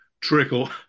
trickle